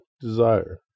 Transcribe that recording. desire